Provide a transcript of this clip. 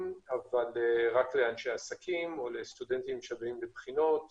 אבל רק לאנשי עסקים או לסטודנטים שבים לבחינות